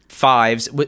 fives